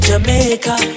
Jamaica